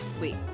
wait